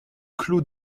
clos